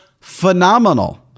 phenomenal